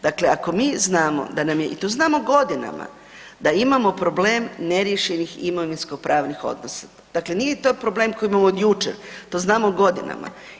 Dakle ako mi znamo da nam je, i to znamo godinama, da imamo problem neriješenih imovinsko-pravnih odnosa, dakle nije to problem koji imamo od jučer, to znamo godinama.